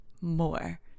more